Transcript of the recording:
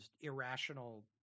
irrational